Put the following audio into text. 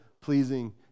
pleasing